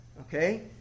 Okay